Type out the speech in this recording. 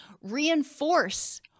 Reinforce